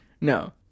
no